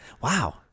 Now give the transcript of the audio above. Wow